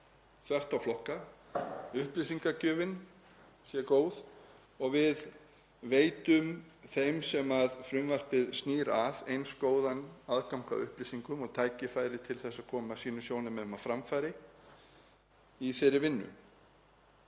þvert á flokka, upplýsingagjöfin sé góð og við veitum þeim sem frumvarpið snýr að góðan aðgang að upplýsingum og tækifæri til að koma sínum sjónarmiðum á framfæri í þeirri vinnu.